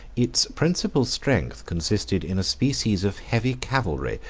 its principal strength consisted in a species of heavy cavalry,